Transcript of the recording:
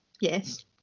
Yes